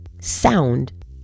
sound